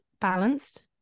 balanced